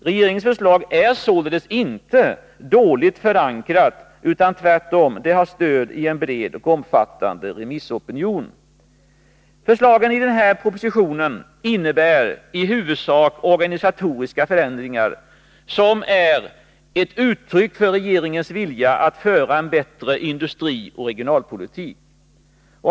Regeringens förslag är sålunda inte dåligt förankrat, utan har tvärtom stöd av en bred och omfattande remissopinion. Förslagen i propositionen innebär i huvudsak organisatoriska förändringar som är ett uttryck för regeringens vilja att föra en bättre industrioch regionalpolitik.